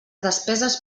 despeses